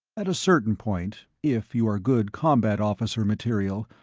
at a certain point, if you are good combat officer material,